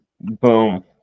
Boom